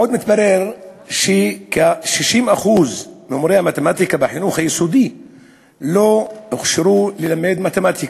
עוד מתברר שכ-60% ממורי המתמטיקה בחינוך היסודי לא הוכשרו ללמד מתמטיקה.